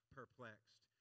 perplexed